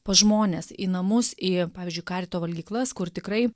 pas žmones į namus į pavyzdžiui karito valgyklas kur tikrai